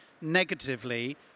negatively